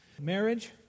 Marriage